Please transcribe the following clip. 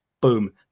Boom